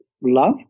love